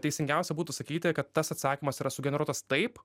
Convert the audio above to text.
teisingiausia būtų sakyti kad tas atsakymas yra sugeneruotas taip